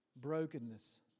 brokenness